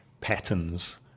patterns